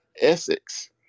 Essex